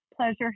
pleasure